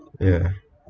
ya